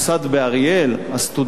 הסטודנטים שבו,